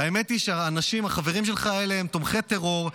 האמת היא שהחברים שלך האלה הם תומכי טרור,